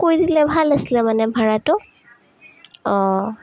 কৈ দিলে ভাল আছিলে মানে ভাড়াটো অঁ